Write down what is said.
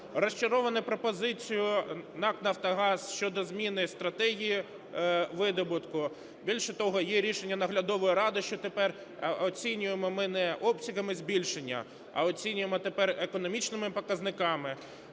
розчарований пропозицією НАК "Нафтогаз" щодо зміни стратегії видобутку. Більше того, є рішення наглядової ради, що тепер оцінюємо ми не обсягами збільшення, а оцінюємо тепер економічними показниками.